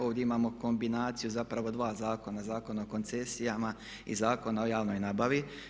Ovdje imamo kombinaciju zapravo dva zakona, Zakona o koncesijama i Zakona o javnoj nabavi.